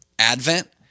Advent